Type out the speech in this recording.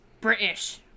British